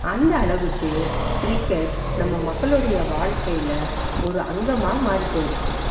அந்த அளவுக்கு கிரிக்கெட் நம்ம மக்களுடைய வாழ்க்கையில் ஒரு அங்கமாக மாறி போயிடுச்சு